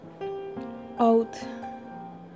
out